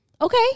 Okay